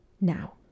Now